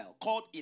called